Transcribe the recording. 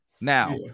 Now